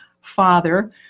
father